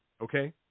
Okay